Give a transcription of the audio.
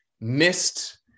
missed